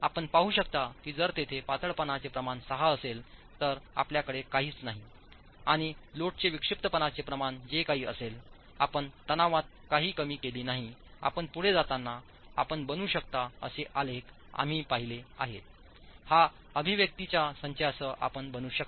आपण पाहू शकता की जर तेथे पातळपणाचे प्रमाण 6 असेल तर आपल्याकडे काहीच नाही आणि लोडचे विक्षिप्तपणाचे प्रमाण जे काही असेल आपण तणावात काही कमी केली नाही आपण पुढे जाताना आपण बनवू शकता असे आलेख आम्ही पाहिले आहेतहा अभिव्यक्तीच्या संचासह आपण बनवू शकता